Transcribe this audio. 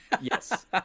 yes